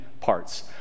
parts